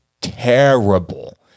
terrible